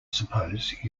suppose